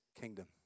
kingdom